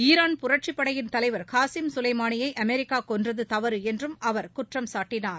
Iran புரட்சிப்படையின் தலைவர் Qasem கலைமானியை அமெரிக்கா கொன்றது தவறு என்றும் அவர் குற்றம் சாட்டியுள்ளார்